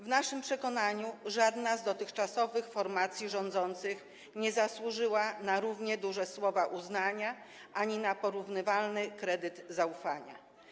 W naszym przekonaniu żadna z dotychczasowych formacji rządzących nie zasłużyła na słowa równie dużego uznania ani na porównywalny kredyt zaufania.